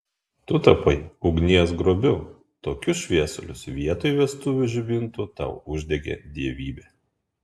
tu tapai ugnies grobiu tokius šviesulius vietoj vestuvių žibintų tau uždegė dievybė